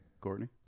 Courtney